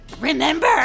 Remember